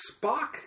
Spock